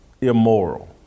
immoral